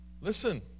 Listen